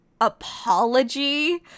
apology